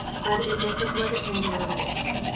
but it makes us look at things a little bit differently.